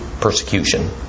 persecution